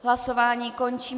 Hlasování končím.